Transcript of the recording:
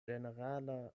ĝenerala